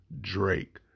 Drake